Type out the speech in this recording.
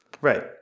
Right